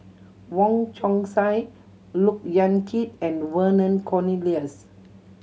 Wong Chong Sai Look Yan Kit and Vernon Cornelius